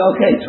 Okay